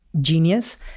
genius